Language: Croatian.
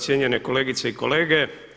Cijenjene kolegice i kolege.